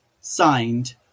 Signed